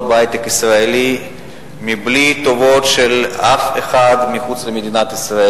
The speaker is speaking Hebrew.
בהיי-טק הישראלי בלי טובות של אף אחד מחוץ למדינת ישראל.